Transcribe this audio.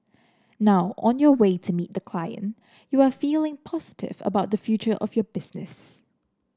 now on your way to meet the client you are feeling positive about the future of your business